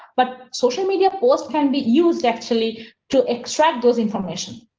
but social media post can be used actually to extract those information.